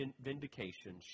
vindication